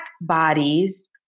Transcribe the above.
bodies